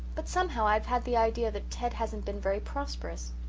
but somehow i've had the idea that ted hasn't been very prosperous.